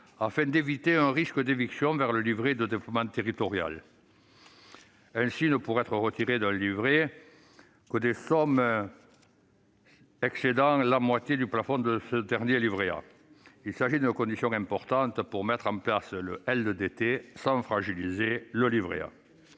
effet, d'éviter un risque d'éviction vers le livret de développement territorial. Ne pourraient ainsi être retirées d'un livret A que les sommes excédant la moitié du plafond de ce dernier. Il me semble que cette condition est importante pour mettre en place le LDT sans fragiliser le livret A.